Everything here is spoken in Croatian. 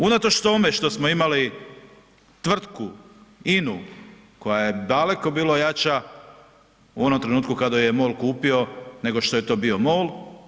Unatoč tome što smo imali tvrtku INA-u koja je daleko bila jača u onom trenutku kada ju je MOL kupio, nego što je to bio MOL.